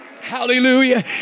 Hallelujah